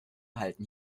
halten